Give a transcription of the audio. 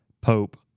Pope